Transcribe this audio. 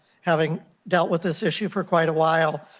having dealt with this issue for quite a while.